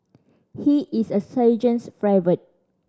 he is the sergeant's favourite